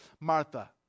Martha